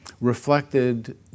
reflected